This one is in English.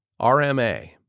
RMA